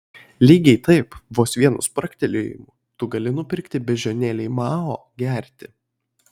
lygiai taip vos vienu spragtelėjimu tu gali nupirkti beždžionėlei mao gerti